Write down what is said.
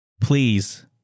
Please